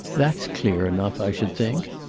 that's clear enough, i should think.